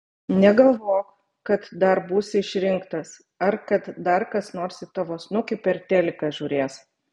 negalvok kad dar būsi išrinktas ar kad dar kas nors į tavo snukį per teliką žiūrės